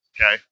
Okay